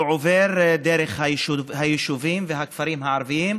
אדוני היושב-ראש,